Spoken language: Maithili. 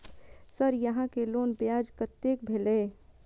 सर यहां के लोन ब्याज कतेक भेलेय?